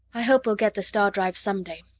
i hope we'll get the star-drive someday.